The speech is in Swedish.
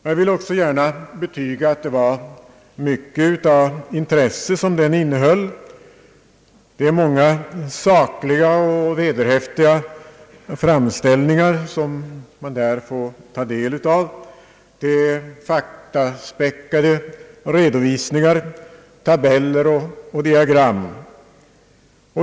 Jag vill också gärna betyga att den innehöll mycket av intresse. Man kan där ta del av många sakliga och vederhäftiga framställningar, faktaspäckade redovisningar, tabeller och diagram.